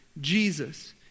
Jesus